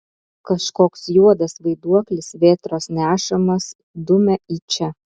kažkoks juodas vaiduoklis vėtros nešamas dumia į čia